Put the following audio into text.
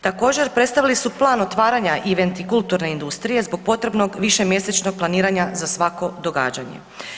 Također predstavili su plan otvaranja event i kulturne industrije zbog potrebnog višemjesečnog planiranja za svako događanje.